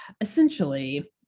essentially